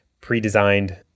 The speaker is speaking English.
pre-designed